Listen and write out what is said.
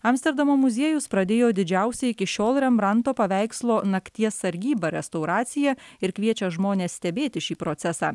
amsterdamo muziejus pradėjo didžiausią iki šiol rembranto paveikslo nakties sargyba restauraciją ir kviečia žmones stebėti šį procesą